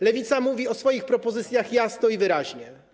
Lewica mówi o swoich propozycjach jasno i wyraźnie.